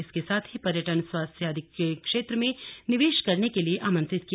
इसके साथ ही पर्यटन स्वास्थ्य आदि के क्षेत्र में निवेश करने के लिए आमंत्रित किया